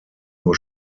nur